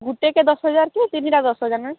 ଗୋଟେକୁ ଦଶ ହଜାର କି ତିନିଟା ଦଶ ହଜାର ମ୍ୟାମ